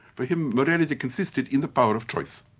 for him, morality consisted in the power of choice.